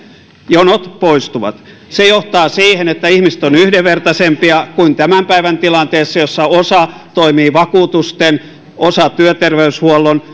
jonot poistuvat se johtaa siihen että ihmiset ovat yhdenvertaisempia kuin tämän päivän tilanteessa jossa osa toimii vakuutusten osa työterveyshuollon